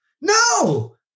No